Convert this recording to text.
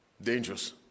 dangerous